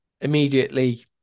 immediately